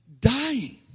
Dying